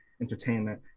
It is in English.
entertainment